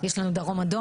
יש לנו "דרום אדום",